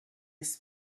his